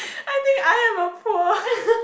I think I am a poor